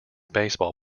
baseball